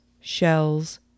shells